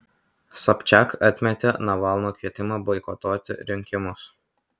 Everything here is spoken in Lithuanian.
sobčiak atmetė navalno kvietimą boikotuoti rinkimus